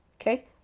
okay